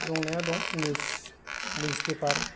दंनाया दं निउस निउसफेपार